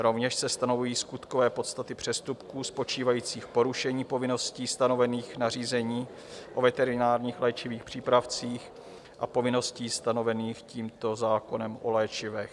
Rovněž se stanovují skutkové podstaty přestupků spočívajících v porušení povinností stanovených nařízení o veterinárních léčivých přípravcích a povinností stanovených tímto zákonem o léčivech.